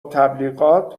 تبلیغات